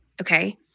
Okay